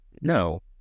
no